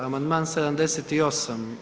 Amandman 78.